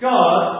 God